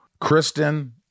Kristen